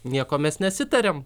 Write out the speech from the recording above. nieko mes nesitarėm